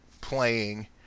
playing